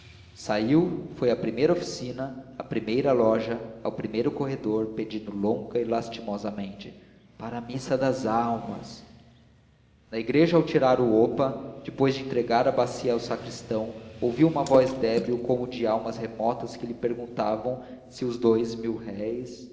saiu foi à primeira oficina à primeira loja ao primeiro corredor pedindo longa e lastimosamente para a missa das almas na igreja ao tirar a opa depois de entregar a bacia ao sacristão ouviu uma voz débil como de almas remotas que lhe perguntavam se os dous mil-réis os